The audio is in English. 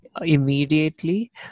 immediately